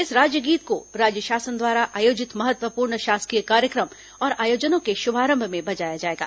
इस राज्यगीत को राज्य शासन द्वारा आयोजित महत्वपूर्ण शासकीय कार्यक्र म और आयोजनों के शुभारंभ में बजाया जाएगा